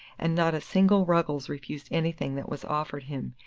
and not a single ruggles refused anything that was offered him,